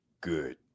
Good